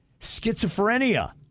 schizophrenia